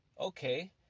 okay